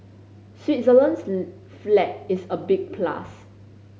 Switzerland's flag is a big plus